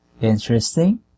Interesting